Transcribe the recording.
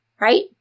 right